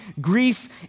grief